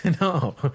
No